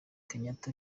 kenyatta